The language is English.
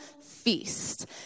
feast